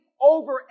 over